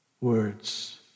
words